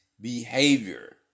behavior